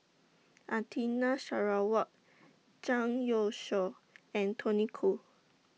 Sarawak Zhang Youshuo and Tony Khoo